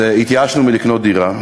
זה שהתייאשנו מלקנות דירה,